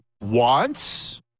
wants